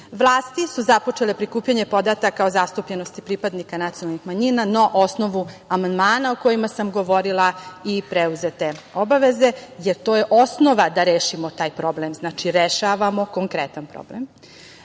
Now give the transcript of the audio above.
Vlasti su započele prikupljanje podataka o zastupljenosti pripadnosti nacionalnih manjina, na osnovu amandmana o kojima sam govorila i preuzete obaveze, jer to je osnova da rešimo taj problem. Znači, rešavamo konkretan problem.